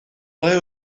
ble